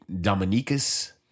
Dominicus